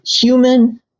human